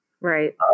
Right